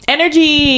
Energy